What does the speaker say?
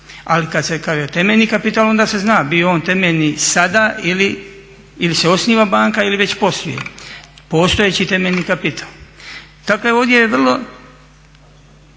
Ali kad se kaže temeljni kapital onda se zna bio temeljni sada ili se osniva banka ili već posluje, postojeći temeljni kapital. Dakle, ovdje je vrlo